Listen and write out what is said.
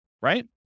right